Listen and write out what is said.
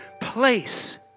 place